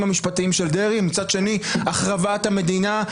המשפטיים של דרעי ומצד שני החרבת המדינה,